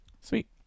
Sweet